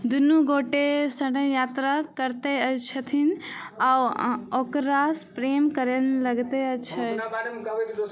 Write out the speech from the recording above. दुनू गोटे सङ्गे यात्रा करते छथिन आ ओकरासँ प्रेम करै लगतै अछि